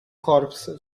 corps